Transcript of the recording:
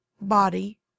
body